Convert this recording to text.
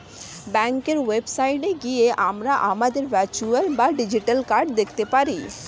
ব্যাঙ্কের ওয়েবসাইটে গিয়ে আমরা আমাদের ভার্চুয়াল বা ডিজিটাল কার্ড দেখতে পারি